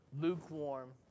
lukewarm